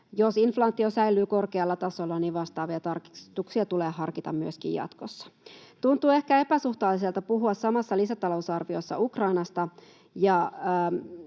Jos inflaatio säilyy korkealla tasolla, niin vastaavia tarkistuksia tulee harkita myöskin jatkossa. Tuntuu ehkä epäsuhtaiselta puhua samassa lisätalousarviossa Ukrainasta